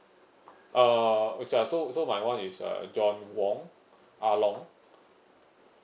uh okay ya so so my one is uh john wong ah long